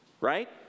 right